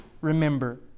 remember